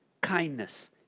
kindness